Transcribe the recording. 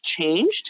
changed